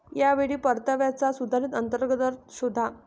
या वेळी परताव्याचा सुधारित अंतर्गत दर शोधा